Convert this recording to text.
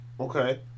Okay